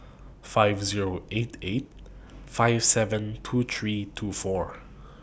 five Zero eight eight five seven two three two four